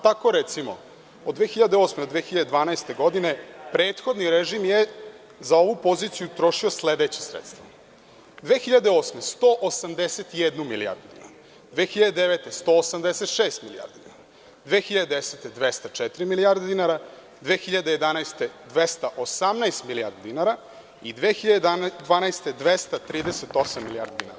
Tako, recimo, od 2008. do 2012. godine prethodni režim je za ovu poziciju trošio sledeća sredstva: 2008. godine – 181 milijardu, 2009. godine – 186 milijardi dinara, 2010. godine – 204 milijarde dinara, 2011. godine – 218 milijardi dinara i 2012. godine – 238 milijardi dinara.